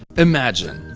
imagine,